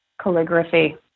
Calligraphy